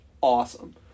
awesome